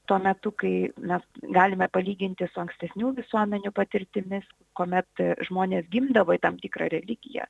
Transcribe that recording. tuo metu kai mes galime palyginti su ankstesnių visuomenių patirtimis kuomet žmonės gimdavo į tam tikrą religiją